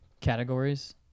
categories